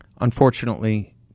unfortunately